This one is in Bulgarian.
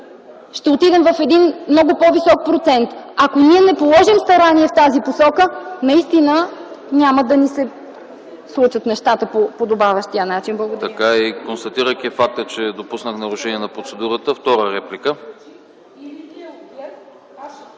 ще отидем в един много по-висок процент. Ако ние не положим старание в тази посока, наистина няма да ни се случат нещата по подобаващия начин.